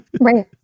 Right